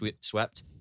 swept